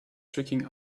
tricking